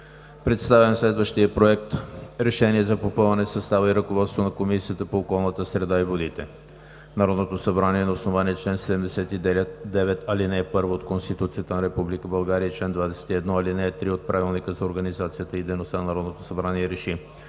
Представям Ви следващия: „Проект! РЕШЕНИЕ за попълване състава и ръководството на Комисията по околната среда и водите Народното събрание на основание чл. 79, ал. 1 от Конституцията на Република България и чл. 21, ал. 3 от Правилника за организацията и дейността на Народното събрание РЕШИ: